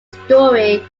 story